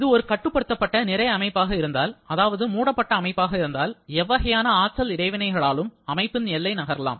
இது ஒரு கட்டுப்படுத்தப்பட்ட நிறை அமைப்பாக இருந்தால் அதாவது மூடப்பட்ட அமைப்பாக இருந்தால் எவ்வகையான ஆற்றல் இடைவினைகளாலும் அமைப்பின் எல்லை நகரலாம்